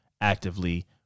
actively